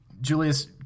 Julius